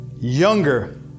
younger